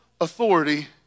authority